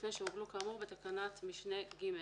לפני שעוגלו כאמור בתקנת משנה (ג).